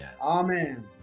Amen